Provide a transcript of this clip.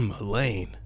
Elaine